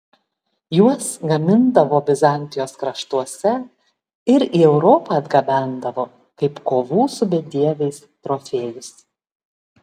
juos gamindavo bizantijos kraštuose ir į europą atgabendavo kaip kovų su bedieviais trofėjus